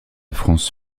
france